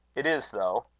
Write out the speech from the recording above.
it is though.